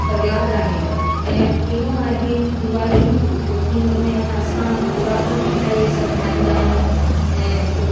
प्रहलाद आहे ऐं टियों आहे दिवाली चौथीं उनमें हेन असां ख़ोराक मिठाई हीउ सभु ठाहींदा आहियूं ऐं